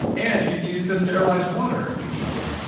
and you can use it to sterilize water if you need to.